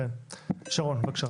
שרון, בבקשה.